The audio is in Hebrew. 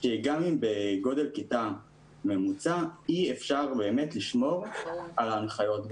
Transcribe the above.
בגודל כיתה ממוצע אי אפשר באמת לשמור על ההנחיות,